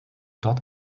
dort